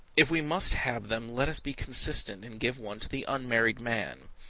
if we must have them let us be consistent and give one to the unmarried man.